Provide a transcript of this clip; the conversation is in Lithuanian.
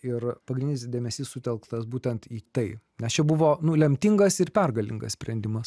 ir pagrindinis dėmesys sutelktas būtent į tai nes čia buvo nu lemtingas ir pergalingas sprendimas